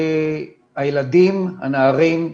הילדים, הנערים,